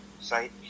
site